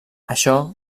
això